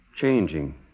Changing